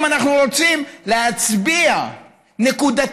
אם אנחנו רוצים להצביע נקודתית,